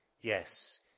Yes